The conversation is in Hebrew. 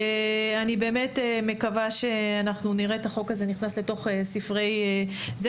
אני באמת מקווה שאנחנו נראה את החוק הזה נכנס לתוך ספרי ---.